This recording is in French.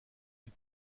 une